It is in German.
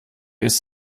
ist